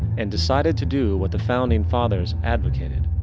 and decided to do what the founding fathers advocated.